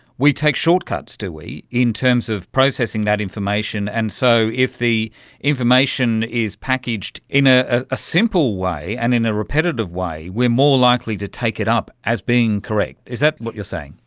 we take short cuts, do we, in terms of processing that information. and so if the information is packaged in ah ah a simple way and in a repetitive way we are more likely to take it up as being correct. is that what you're saying?